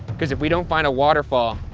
cause if we don't find a waterfall,